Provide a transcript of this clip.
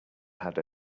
had